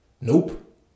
Nope